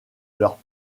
leurs